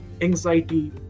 anxiety